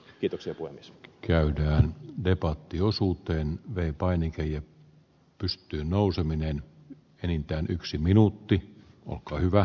kiitoksia kunnes käydään debatti osuuteen vei painikehä pystyyn nouseminen enintään yksi minuutti on arvoisa puhemies